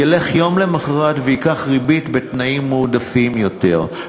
וילך יום למחרת וייקח הלוואה בריבית בתנאים מועדפים יותר,